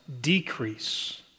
decrease